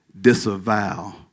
disavow